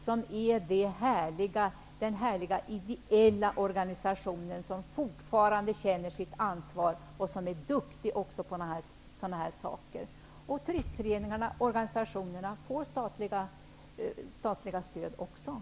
Turistföreningen är den härliga ideella organisation som fortfarande känner sitt ansvar och också är duktig på sådana här saker. Turistföreningarna och organisationerna får också statliga stöd.